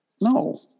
no